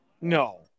No